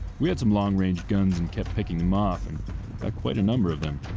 we had some long-range guns and kept picking em off and got quite a number of them,